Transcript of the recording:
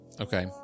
Okay